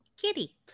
Kitty